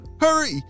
Hurry